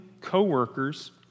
co-workers